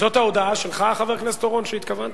זאת ההודעה שלך, חבר הכנסת אורון, שהקראת?